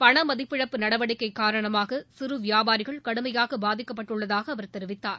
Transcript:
பண மதிப்பிழப்பு நடவடிக்கை காரணமாக சிறு வியாபாரிகள் கடுமையாக பாதிக்கப்பட்டுள்ளதாக அவர் தெரிவித்தார்